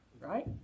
Right